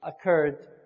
Occurred